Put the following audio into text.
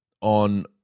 on